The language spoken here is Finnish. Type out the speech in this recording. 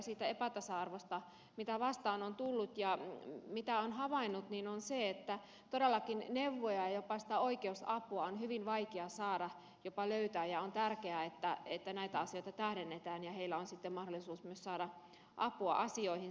siitä epätasa arvosta mitä vastaan on tullut ja mitä on havainnut totean että todellakin neuvoja ja jopa sitä oikeusapua on hyvin vaikea saada jopa löytää ja on tärkeää että näitä asioita tähdennetään ja heillä on sitten mahdollisuus myös saada apua asioihinsa